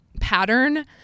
pattern